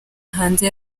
hanze